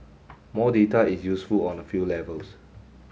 more data is useful on a few levels